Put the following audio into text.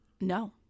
No